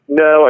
no